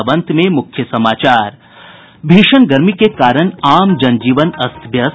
और अब अंत में मुख्य समाचार भीषण गर्मी के कारण आम जन जीवन अस्त व्यस्त